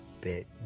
Bit